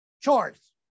chores